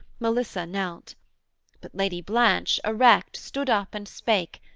melissa knelt but lady blanche erect stood up and spake,